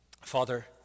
Father